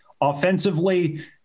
offensively